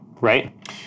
right